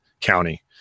county